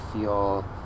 feel